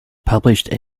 published